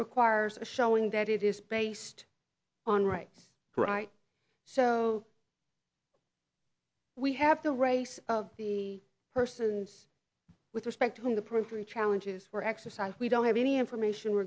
requires a showing that it is based on rights right so we have the race of the persons with respect to the printer and challenges were exercise we don't have any information